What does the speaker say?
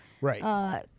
Right